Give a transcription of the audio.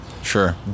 Sure